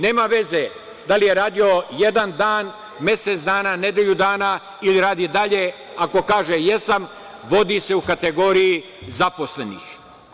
Nema veze, da li je radio jedan dan, mesec dana, nedelju dana, ili radi i dalje, ako kaže – jesam, vodi se u kategoriji zaposlenih.